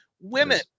women